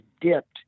dipped